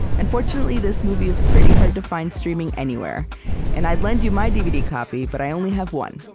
unfortunately this movie is pretty hard to find streaming anywhere and i'd lend you my dvd copy but i only have one!